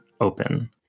open